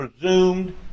presumed